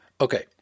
Okay